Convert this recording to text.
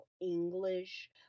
english